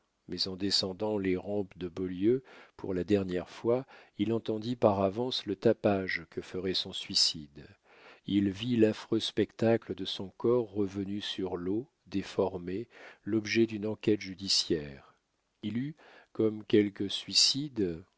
mais en descendant les rampes de beaulieu pour la dernière fois il entendit par avance le tapage que ferait son suicide il vit l'affreux spectacle de son corps revenu sur l'eau déformé l'objet d'une enquête judiciaire il eut comme quelques suicides